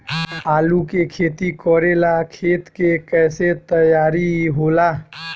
आलू के खेती करेला खेत के कैसे तैयारी होला?